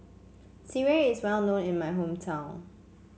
sireh is well known in my hometown